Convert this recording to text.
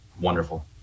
Wonderful